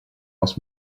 asked